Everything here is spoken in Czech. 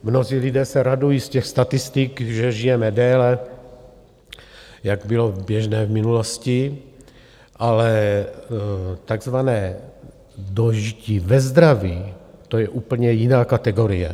Mnozí lidé se radují z těch statistik, že žijeme déle, jak bylo běžné v minulosti, ale takzvané dožití ve zdraví, to je úplně jiná kategorie.